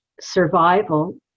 survival